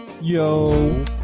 Yo